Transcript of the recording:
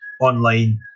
online